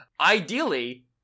ideally